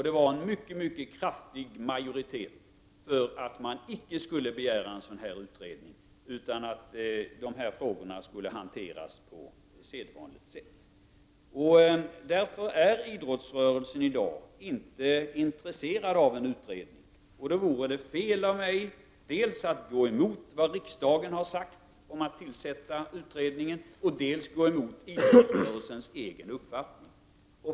Det fanns en mycket kraftig majoritet för att man inte skulle begära en utredning, utan dessa frågor skulle hanteras på sedvanligt sätt. Idrottsrö relsen är i dag inte intresserad av en utredning. Det vore då fel av mig att dels gå emot vad riksdagen har sagt om att tillsätta utredningen, dels gå emot idrottsrörelsens egen uppfattning.